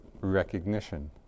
recognition